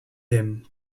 him